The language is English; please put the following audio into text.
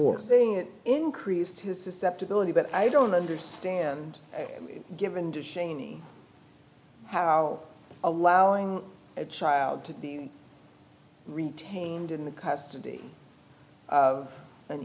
saying it increased his susceptibility but i don't understand given to shane how allowing a child to be retained in the custody of an